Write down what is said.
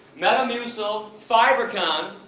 metamucil, fibercon,